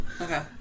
Okay